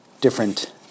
different